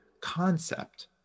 concept